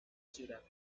ciudad